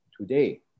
today